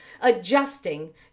adjusting